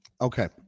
Okay